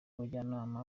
abajyanama